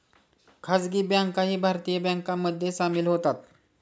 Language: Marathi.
खासगी बँकाही भारतीय बँकांमध्ये सामील होतात